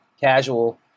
casual